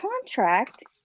contract